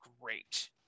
great